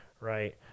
right